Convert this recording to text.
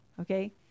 okay